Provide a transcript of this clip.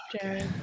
Jared